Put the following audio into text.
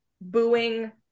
booing